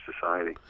society